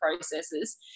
processes